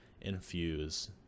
infuse